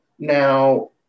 Now